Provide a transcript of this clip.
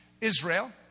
Israel